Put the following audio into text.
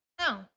No